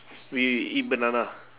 we eat banana